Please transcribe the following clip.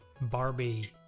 Barbie